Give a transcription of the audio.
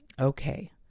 okay